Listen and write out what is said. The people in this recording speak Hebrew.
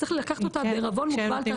צריך לקחת אותה בעירבון מוגבל את ההשוואה.